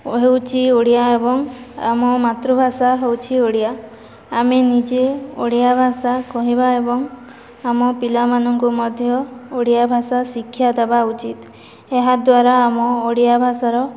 ହେଉଛି ଓଡ଼ିଆ ଏବଂ ଆମ ମାତୃଭାଷା ହେଉଛି ଓଡ଼ିଆ ଆମେ ନିଜେ ଓଡ଼ିଆ ଭାଷା କହିବା ଏବଂ ଆମ ପିଲାମାନଙ୍କୁ ମଧ୍ୟ ଓଡ଼ିଆ ଭାଷା ଶିକ୍ଷା ଦେବା ଉଚିତ ଏହାଦ୍ୱାରା ଆମ ଓଡ଼ିଆ ଭାଷାର